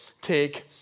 take